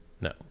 No